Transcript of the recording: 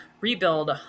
rebuild